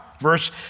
Verse